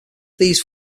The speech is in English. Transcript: these